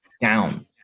down